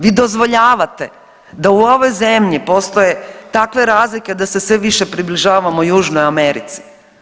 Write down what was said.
Vi dozvoljavate da u ovoj zemlji postoje takve razlike da se sve više približavamo Južnoj Americi.